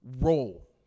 role